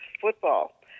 football